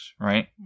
right